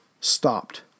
stopped